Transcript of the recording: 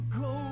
go